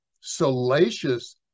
salacious